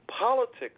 Politics